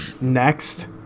Next